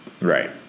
Right